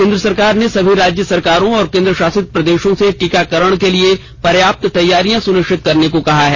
केंद्र सरकार ने सभी राज्य सरकारों और केंद्र शासित प्रदेशों से टीकाकरण के लिए पर्याप्त तैयारियां सुनिश्चित करने को कहा है